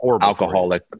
alcoholic